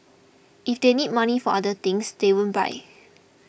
if they need money for other things they won't buy